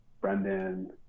Brendan